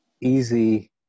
easy